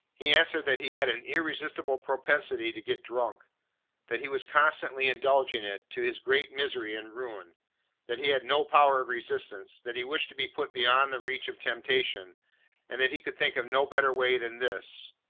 he answered that he had an irresistible propensity to get drunk that he was constantly indulging it, to his great misery and ruin that he had no power of resistance that he wished to be put beyond the reach of temptation and that he could think of no better way than this.